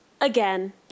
Again